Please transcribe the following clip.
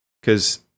Because-